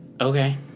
Okay